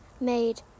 made